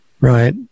Right